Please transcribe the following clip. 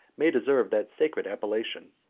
may deserve that sacred appellation.